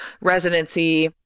residency